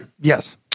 Yes